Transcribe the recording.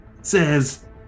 says